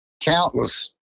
countless